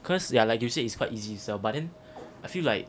cause yeah like you say like it's quite easy to sell but then I feel like